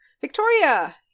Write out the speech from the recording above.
Victoria